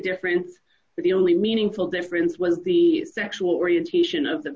difference the only meaningful difference was the sexual orientation of the